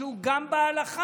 שהוא גם בהלכה.